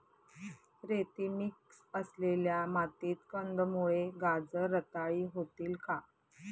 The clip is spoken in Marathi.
रेती मिक्स असलेल्या मातीत कंदमुळे, गाजर रताळी होतील का?